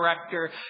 director